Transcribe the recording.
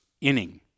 inning